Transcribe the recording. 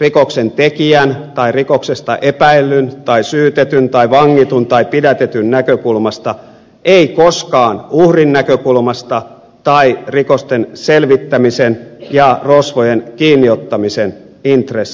rikoksen tekijän tai rikoksesta epäillyn tai syytetyn tai vangitun tai pidätetyn näkökulmasta ei koskaan uhrin näkökulmasta tai rikosten selvittämisen ja rosvojen kiinniottamisen intressin näkökulmasta